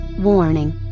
Warning